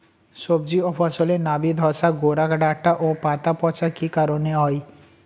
সবজি ও ফসলে নাবি ধসা গোরা ডাঁটা ও পাতা পচা কি কারণে হয়?